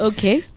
Okay